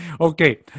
Okay